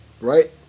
Right